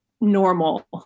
normal